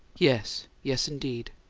yes. yes, indeed.